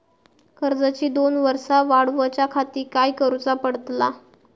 कर्जाची दोन वर्सा वाढवच्याखाती काय करुचा पडताला?